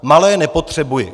Malé nepotřebuji.